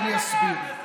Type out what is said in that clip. אני אסביר: